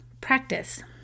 practice